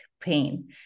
Pain